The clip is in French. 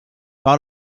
par